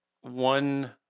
one